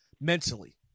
mentally